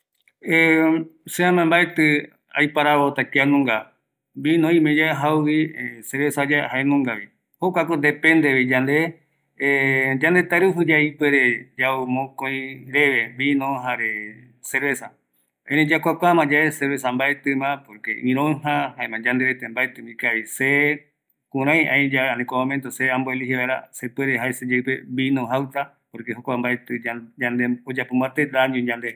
Se amae mbaetɨ aiparavota kianunga vino oimeyae jauvi erei cervezayae jaenungavi jokuako dependevi yande yandetairujuyae ipuere yau mokoi reve vino jare cerveza erei yakuakuamayave cerveza mbaetima, porque iroöja, jaema yande rete mbaetima ikavi se kurai aiyae ani kurai kua momento se amboelije vaera sepuere jae seyeipe vino jauta porque jokua mbaeti ya yande oyapo mbate daño yande